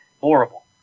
horrible